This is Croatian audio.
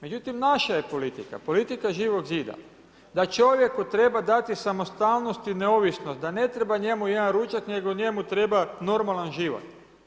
Međutim, naša je politika, politika Živog zida, da čovjeku treba dati samostalnost i neovisnost, da ne treba njemu jedan ručak, nego njemu treba normalan život.